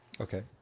Okay